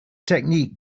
technique